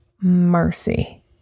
mercy